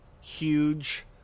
huge